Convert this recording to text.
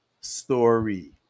story